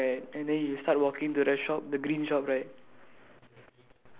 if you like walk out from the pharmacy right and then you start walking to the shop the green shop right